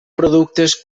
productes